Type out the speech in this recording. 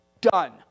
done